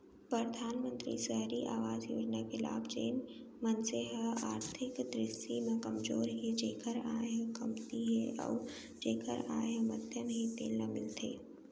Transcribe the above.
परधानमंतरी सहरी अवास योजना के लाभ जेन मनसे ह आरथिक दृस्टि म कमजोर हे जेखर आय ह कमती हे अउ जेखर आय ह मध्यम हे तेन ल मिलथे